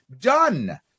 Done